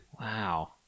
Wow